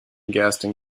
gaston